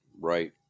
Right